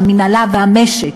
המינהלה והמשק,